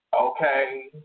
Okay